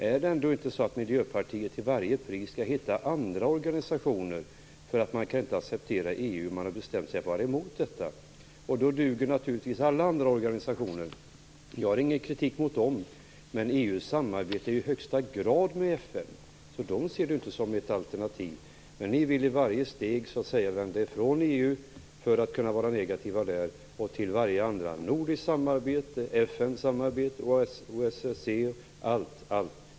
Är det ändå inte så att man i Miljöpartiet till varje pris skall hitta andra organisationer därför att man inte kan acceptera EU och har bestämt sig för att vara emot detta? Då duger naturligtvis alla andra organisationer. Jag har ingen kritik mot dem, men EU samarbetar ju i högsta grad med FN. FN ses inte som något alternativ. Miljöpartiet vill i varje steg vända sig ifrån EU för att kunna vara negativt. Varje annat samarbete, nordiskt samarbete, FN-samarbete, OSSE samarbete - ja, allt går bra.